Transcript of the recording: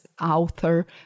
author